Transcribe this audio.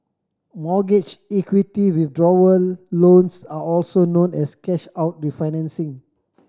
mortgage equity withdrawal loans are also known as cash out refinancing